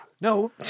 No